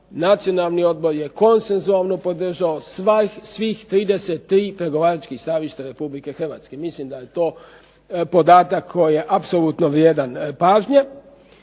Nacionalni odbor je konsenzualno podržao svih 33 pregovaračkih stajališta Republike Hrvatske. Mislim da je to podatak koji je apsolutno vrijedan pažnje.